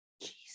Jesus